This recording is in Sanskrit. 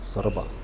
सोर्बा